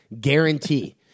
Guarantee